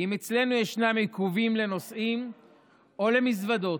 כי אם אצלנו יש עיכובים לנוסעים או למזוודות,